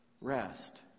Rest